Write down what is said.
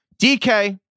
DK